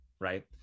right